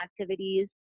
activities